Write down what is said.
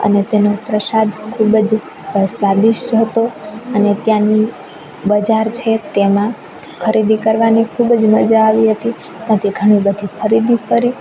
અને તેનો પ્રસાદ ખૂબ જ સ્વાદિષ્ટ હતો અને ત્યાંની બજાર છે તેમાં ખરીદી કરવાની ખૂબ જ મજા આવી હતી પછી ઘણી બધી ખરીદી કરી